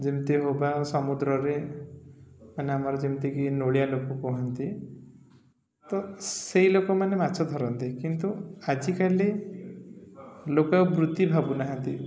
ଯେମିତି ହେବା ସମୁଦ୍ରରେ ମାନେ ଆମର ଯେମିତିକି ନୋଳିଆ ଲୋକ କୁହନ୍ତି ତ ସେଇ ଲୋକମାନେ ମାଛ ଧରନ୍ତି କିନ୍ତୁ ଆଜିକାଲି ଲୋକ ବୃତ୍ତି ଭାବୁନାହାନ୍ତି